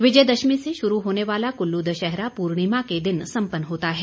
विजय दशमी से शुरू होने वाला कुल्लू दशहरा पूर्णिमा के दिन सम्पन्न होता है